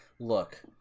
Look